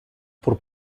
por